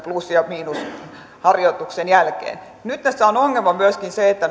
plus ja miinusharjoituksen jälkeen nyt kun tässä on ongelma myöskin se että